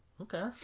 Okay